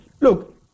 look